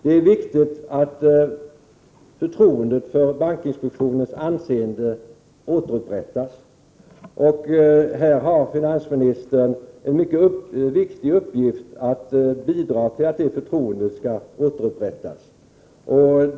Det är viktigt att förtroendet för bankinspektionens anseende återupprättas. Finansministern har en mycket viktig uppgift när det gäller att bidra till att det förtroendet återupprättas.